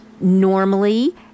normally